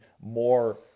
more